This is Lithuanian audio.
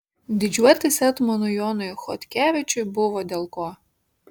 didžiuotis etmonui jonui chodkevičiui buvo dėl ko